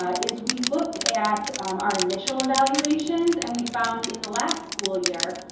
is we looked at our initial evaluations, and we found in the last school year,